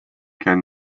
ken